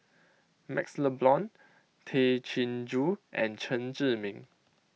MaxLe Blond Tay Chin Joo and Chen Zhiming